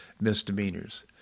misdemeanors